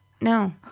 No